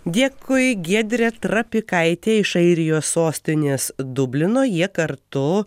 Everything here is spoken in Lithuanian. dėkui giedrė trapikaitė iš airijos sostinės dublino jie kartu